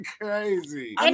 Crazy